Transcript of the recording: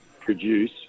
produce